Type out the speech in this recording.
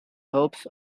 hopes